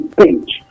page